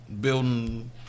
building